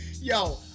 Yo